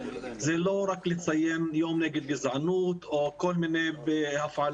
זה לא רק לציין יום נגד גזענות או כל מיני הפעלות